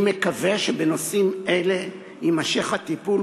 אני מקווה שבנושאים אלה יימשך הטיפול,